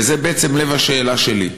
וזה בעצם לב השאלה שלי: